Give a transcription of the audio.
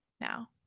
now